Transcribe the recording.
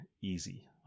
easy